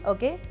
Okay